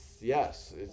yes